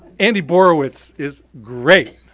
andy borowitz is great,